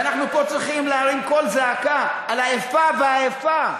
ואנחנו פה צריכים להרים קול זעקה על האיפה ואיפה,